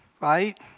right